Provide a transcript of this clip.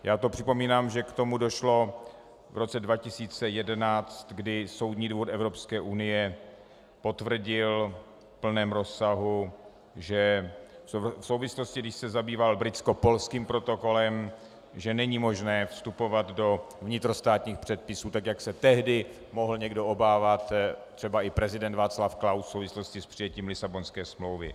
Já připomínám, že k tomu došlo v roce 2011, kdy Soudní dvůr Evropské unie potvrdil v plném rozsahu v souvislosti s tím, když se zabýval britskopolským protokolem, že není možné vstupovat do vnitrostátních předpisů, tak jak se tehdy mohl někdo obávat, třeba i prezident Václav Klaus, v souvislosti s přijetím Lisabonské smlouvy.